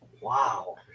Wow